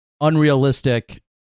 unrealistic